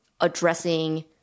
addressing